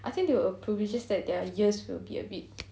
I think they will approve is just that their ears will be a bit